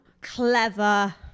Clever